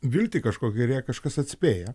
viltį kažkokią ir ją kažkas atspėja